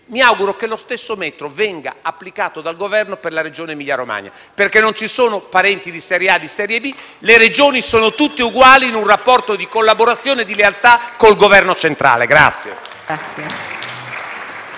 sereno - che lo stesso metro venga applicato dal Governo per la Regione Emilia-Romagna, perché non ci sono parenti di serie A e di serie B, le Regioni sono tutte uguali, in un rapporto di collaborazione e di lealtà con il Governo centrale.